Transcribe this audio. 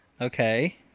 okay